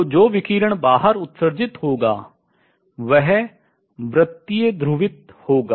तो जो विकिरण बाहर उत्सर्जित होगा वह वृतीय ध्रुवित होगा